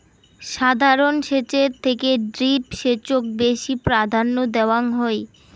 সাধারণ সেচের থেকে ড্রিপ সেচক বেশি প্রাধান্য দেওয়াং হই